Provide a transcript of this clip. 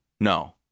no